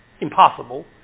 impossible